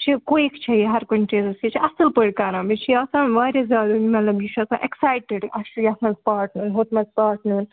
یہِ چھِ کُیِک چھےٚ یہِ ہَر کُنہِ چیٖزَس یہِ چھِ اَصٕل پٲٹھۍ کران بیٚیہِ چھِ یہِ آسان واریاہ زیادٕ مطلب یہِ چھِ آسان اٮ۪کسایٹٕڈ اَسہِ چھُ یَتھ منٛز پاٹ ہُتھ منٛز پاٹ نیُن